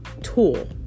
tool